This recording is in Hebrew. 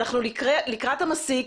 אנחנו לקראת המסיק,